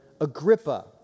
Agrippa